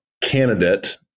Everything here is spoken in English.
candidate